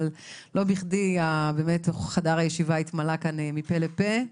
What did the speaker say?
אבל לא בכדי חדר הישיבה התמלא כאן מפה לפה.